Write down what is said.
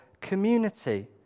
community